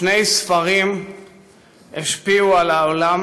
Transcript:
שני ספרים השפיעו על העולם